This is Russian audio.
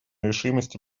решимости